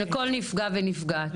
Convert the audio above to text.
לכל נפגע ונפגעת.